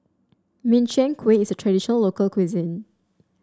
Min Chiang Kueh is a traditional local cuisine